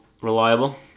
reliable